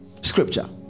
scripture